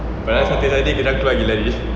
padahal saturday sunday kita keluar pergi lari